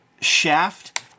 Shaft